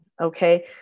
Okay